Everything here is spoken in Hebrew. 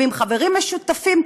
ועם חברים משותפים,